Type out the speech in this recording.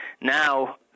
now